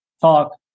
talk